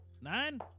nine